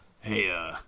hey